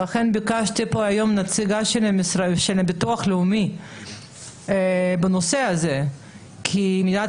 ביקשתי שתהיה פה נציגה של הביטוח הלאומי בנושא הזה כי מדינת